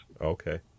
Okay